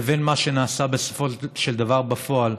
לבין מה שנעשה בסופו של דבר בפועל.